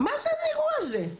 מה האירוע הזה?